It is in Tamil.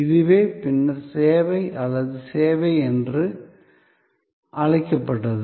இதுவே பின்னர் சேவை அல்லது சேவை என்று அழைக்கப்பட்டது